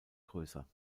größer